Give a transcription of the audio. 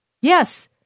Yes